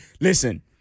listen